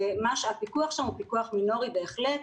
הפיקוח שם הוא פיקוח מינורי בהחלט.